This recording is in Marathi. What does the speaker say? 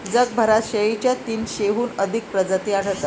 जगभरात शेळीच्या तीनशेहून अधिक प्रजाती आढळतात